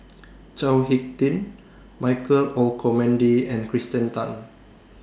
Chao Hick Tin Michael Olcomendy and Kirsten Tan